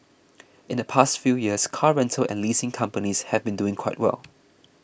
in the past few years car rental and leasing companies have been doing quite well